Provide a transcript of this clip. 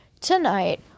tonight